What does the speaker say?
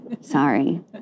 Sorry